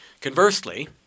Conversely